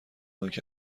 آنکه